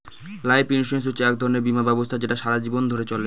life insurance হচ্ছে এক ধরনের বীমা ব্যবস্থা যেটা সারা জীবন ধরে চলে